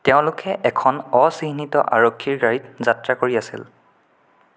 তেওঁলোকে এখন অচিহ্নিত আৰক্ষীৰ গাড়ীত যাত্ৰা কৰি আছিল